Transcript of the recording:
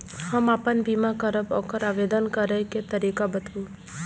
हम आपन बीमा करब ओकर आवेदन करै के तरीका बताबु?